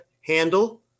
handle